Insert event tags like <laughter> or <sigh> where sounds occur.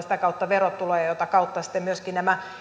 <unintelligible> sitä kautta verotuloja jota kautta sitten rahoitetaan myöskin nämä